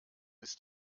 ist